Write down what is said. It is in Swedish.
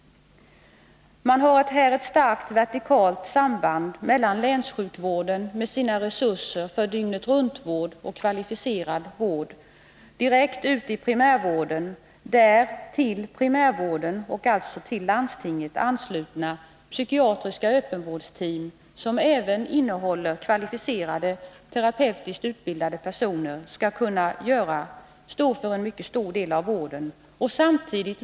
Man har här ett starkt vertikalt samband mellan länssjukvården, med dess resurser för dygnet-runt-vård och kvalificerad vård, och direkt ut i primärvården. Där skall denna och alltså till landstinget anslutna psykiatriska öppenvårdsteam, som även innehåller kvalificerade terapeutiskt utbildade personer, kunna stå för en mycket stor del av vården.